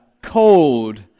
cold